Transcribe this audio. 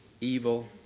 evil